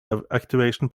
activation